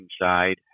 side